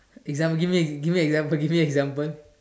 example give me give me example give me example